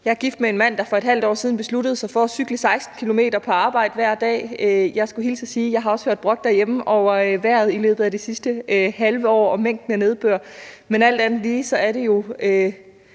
Jeg er gift med en mand, der for et halvt år siden besluttede sig for at cykle 16 km på arbejde hver dag, og jeg skulle hilse og sige, at jeg også har hørt brok derhjemme over vejret i løbet af det sidste halve år og mængden af nedbør, men alt andet lige er det jo